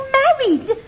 married